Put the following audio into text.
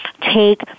take